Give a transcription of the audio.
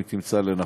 אם היא תמצא לנכון.